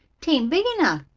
taint big enough,